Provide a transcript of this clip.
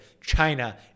China